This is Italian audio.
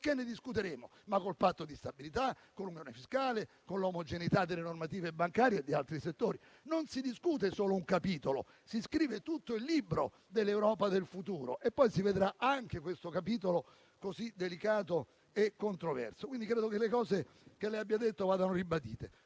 Poi ne discuteremo, ma con il Patto di stabilità, con l'unione fiscale, con l'omogeneità delle normative bancarie e di altri settori. Non si discute solo un capitolo: si scrive tutto il libro dell'Europa del futuro e poi si vedrà anche questo capitolo così delicato e controverso. Credo quindi che quanto da lei detto vada ribadito.